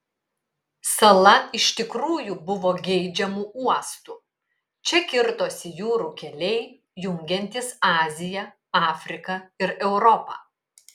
sala iš tikrųjų buvo geidžiamu uostu čia kirtosi jūrų keliai jungiantys aziją afriką ir europą